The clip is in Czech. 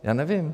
Já nevím.